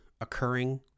occurring